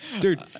Dude